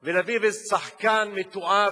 ולהביא שחקן מתועב